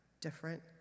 different